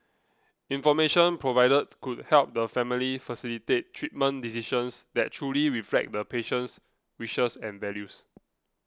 information provided could help the family facilitate treatment decisions that truly reflect the patient's wishes and values